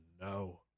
no